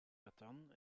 catan